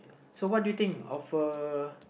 so what do you think of a